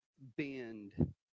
bend